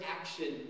action